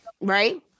right